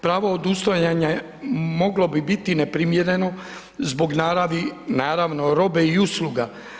Pravo odustajanja moglo bi biti neprimjeno zbog naravi naravno robe i usluga.